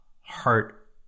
heart